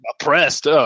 oppressed